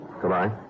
Goodbye